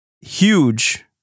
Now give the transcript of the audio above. huge